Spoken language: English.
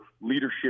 leadership